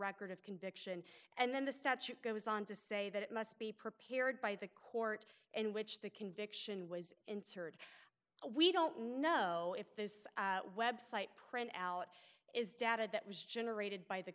record of conviction and then the statute goes on to say that it must be prepared by the court and which the conviction was answered we don't know if this website print out is data that was generated